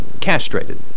castrated